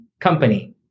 company